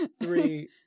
Three